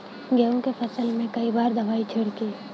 गेहूँ के फसल मे कई बार दवाई छिड़की?